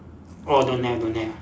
orh don't have don't have